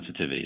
sensitivities